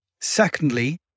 Secondly